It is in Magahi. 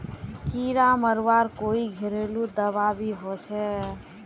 कीड़ा मरवार कोई घरेलू दाबा भी होचए?